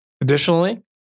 Additionally